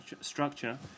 structure